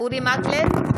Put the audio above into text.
אורי מקלב,